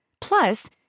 plus